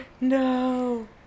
No